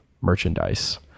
merchandise